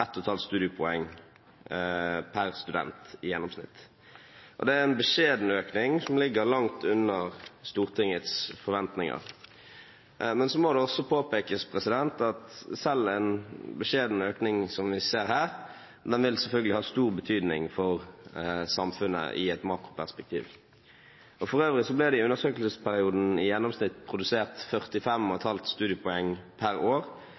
studiepoeng per student i gjennomsnitt. Det er en beskjeden økning, som ligger langt under Stortingets forventninger, men det må også påpekes at selv en beskjeden økning som vi ser her, selvfølgelig vil ha stor betydning for samfunnet i et makroperspektiv. For øvrig ble det i undersøkelsesperioden i gjennomsnitt produsert 45,5 studiepoeng per år, mot den forventede produksjonen på 60 studiepoeng.